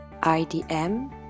IDM